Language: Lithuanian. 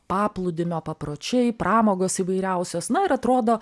paplūdimio papročiai pramogos įvairiausios na ir atrodo